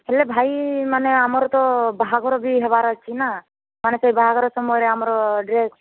ହେଲେ ଭାଇ ମାନେ ଆମର ତ ବାହାଘର ବି ହେବାର ଅଛି ନା ମାନେ ସେ ବାହାଘର ସମୟରେ ଆମର ଡ୍ରେସ୍